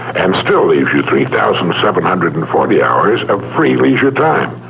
and still leaves you three thousand seven hundred and forty hours of free leisure time.